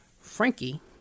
Frankie